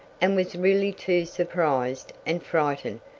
and was really too surprised, and frightened,